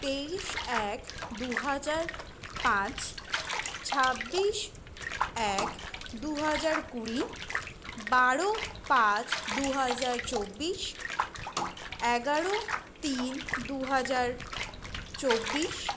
তেইশ এক দু হাজার পাঁচ ছাব্বিশ এক দু হাজার কুড়ি বারো পাঁচ দু হাজার চব্বিশ এগারো তিন দু হাজার চব্বিশ